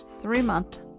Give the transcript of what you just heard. three-month